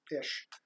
Ish